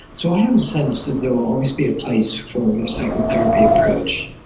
so i have a sense that there will always be a place for a psychotherapy approach.